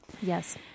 Yes